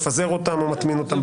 מפזר אותם או מטמין אותם.